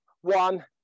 one